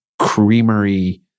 creamery